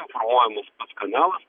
informuojamas pats kanalas